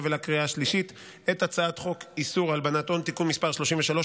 ולקריאה השלישית את הצעת חוק איסור הלבנת הון (תיקון מס' 33),